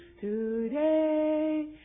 today